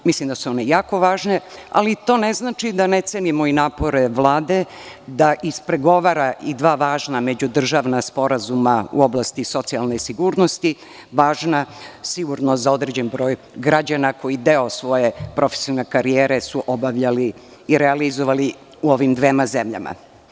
Mislim da su one jako važne, ali to ne znači da ne cenimo i napore Vlade da ispregovara i dva važna međudržavna sporazuma u oblasti socijalne sigurnosti, važna sigurno za određen broj građana koji su deo svoje profesionalne karijere obavljali i realizovali u ovim dvema zemljama.